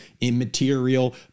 immaterial